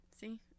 see